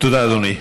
תודה, אדוני.